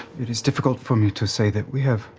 it is difficult for me to say that we have